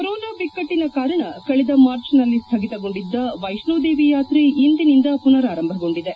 corona ಬಿಕ್ಕಟ್ಟನ ಕಾರಣ ಕಳೆದ ಮಾರ್ಚ್ ನಲ್ಲಿ ಸ್ವಗಿತಗೊಂಡಿದ್ದ ವೈಷ್ಣೋದೇವಿ ಯಾತ್ರೆ ಇಂದಿನಿಂದ ಪುನರಾರಂಭವಾಗಲಿದೆ